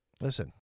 listen